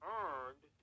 earned